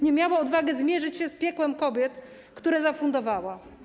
Nie miała odwagi zmierzyć się z piekłem kobiet, które zafundowała.